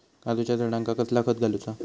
काजूच्या झाडांका कसला खत घालूचा?